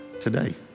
today